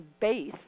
base